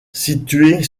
située